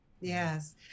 Yes